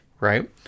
right